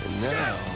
Now